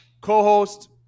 Co-host